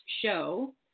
show